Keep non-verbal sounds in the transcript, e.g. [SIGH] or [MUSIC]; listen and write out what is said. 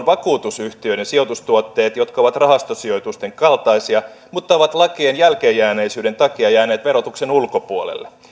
[UNINTELLIGIBLE] vakuutusyhtiöiden sijoitustuotteet jotka ovat rahastosijoitusten kaltaisia mutta ovat lakien jälkeenjääneisyyden takia jääneet verotuksen ulkopuolelle